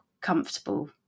comfortable